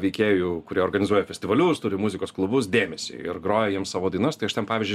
veikėjų kurie organizuoja festivalius turi muzikos klubus dėmesį ir groja jiem savo dainas tai aš ten pavyzdžiui